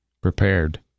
prepared